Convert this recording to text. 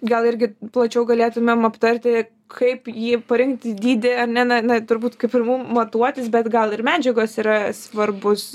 gal irgi plačiau galėtumėm aptarti kaip jį parengti dydį ar ne na na turbūt kaip ir mum matuotis bet gal ir medžiagos yra svarbus